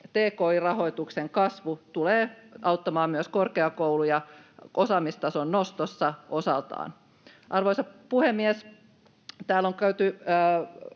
tki-rahoituksen kasvu tulee auttamaan myös korkeakouluja osaamistason nostossa osaltaan. Arvoisa puhemies! Täällä on käytetty